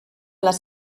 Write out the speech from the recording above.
les